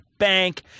bank